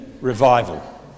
revival